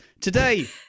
today